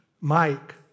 Mike